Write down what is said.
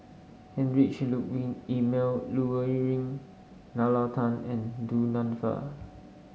Heinrich Ludwig Emil Luering Nalla Tan and Du Nanfa